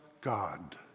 God